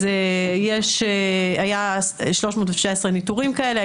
היו 319 ניטורים כאלה,